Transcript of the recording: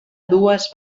dues